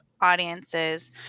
audiences